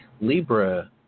Libra